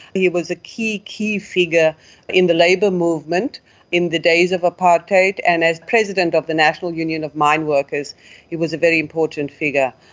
he was a key key figure in the labour movement in the days of apartheid, and as president of the national union of mine workers he was a very important figure.